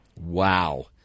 Wow